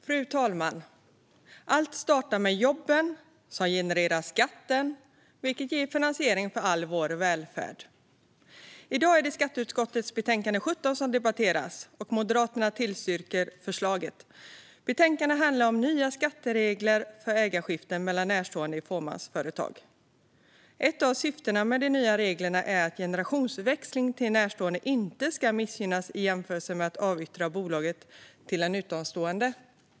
Fru talman! Allt startar med jobben. De genererar skatten, vilket ger finansieringen av all vår välfärd. I dag är det skatteutskottets betänkande 17 som debatteras. Moderaterna står bakom förslaget. Betänkandet handlar om nya skatteregler för ägarskiften mellan närstående i fåmansföretag. Ett av syftena med de nya reglerna är att generationsväxling till närstående inte ska missgynnas i jämförelse med att bolaget avyttras till en utomstående.